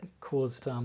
caused